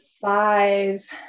five